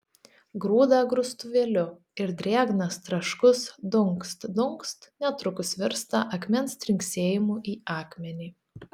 grūda grūstuvėliu ir drėgnas traškus dunkst dunkst netrukus virsta akmens trinksėjimu į akmenį